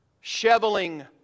Shoveling